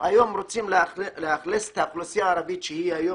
היום רוצים לאכלס את האוכלוסייה הערבית שמונה היום